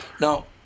Now